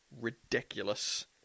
ridiculous